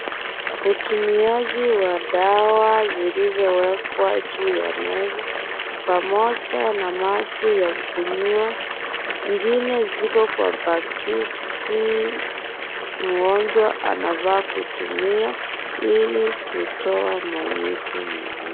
Utumiaji wa dawa zilizowekwa juu ya meza, pamoja na maji ya kunywa. Ingine ziko kwa pakiti. Mgonjwa anafaa kutumia, ili kutoa maumivu mwilini.